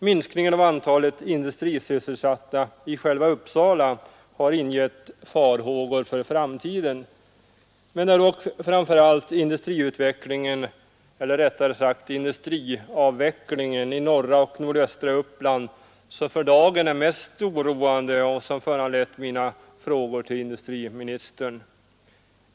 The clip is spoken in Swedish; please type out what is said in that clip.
Minskningen av antalet industrisysselsatta i själva Uppsala har ingett farhågor för framtiden. Det är dock framför allt industriutvecklingen — eller rättare sagt industriavvecklingen — i norra och nordöstra Uppland som för dagen är mest oroande och som föranlett mina frågor till industriministern.